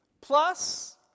plus